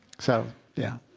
so yeah.